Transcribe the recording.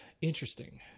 Interesting